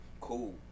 cool